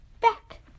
back